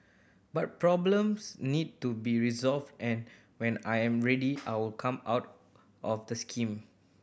but problems need to be resolved and when I am ready I will come out of the scheme